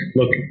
look